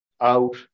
out